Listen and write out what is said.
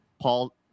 Paul